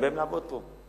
הם באים לעבוד פה.